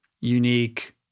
unique